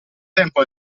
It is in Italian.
tempo